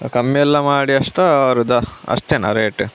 ಕಮ್ಮಿ ಎಲ್ಲ ಮಾಡಿ ಅಷ್ಟಾ ಬರೋದ ಅಷ್ಟೇನಾ ರೇಟು